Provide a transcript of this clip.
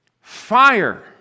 Fire